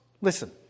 Listen